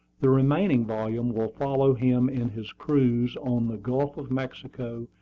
the remaining volume will follow him in his cruise on the gulf of mexico,